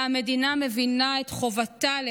שבה המדינה מבינה את חובתה לאזרחיה,